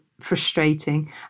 frustrating